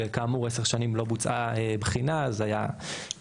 וכאמור 10 שנים לא בוצעה בחינה אז זה היה